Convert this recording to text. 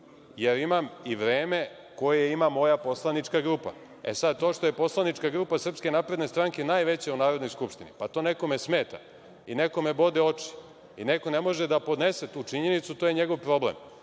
jer imam i vreme koje ima moja poslanička grupa. Sada, to što poslanička grupa SNS najveća u Narodnoj skupštini, pa to nekome smeta i nekome bode oči i neko ne može da podnese tu činjenicu, to je njegov problem.